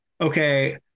okay